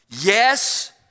Yes